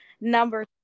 Number